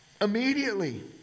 immediately